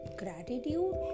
gratitude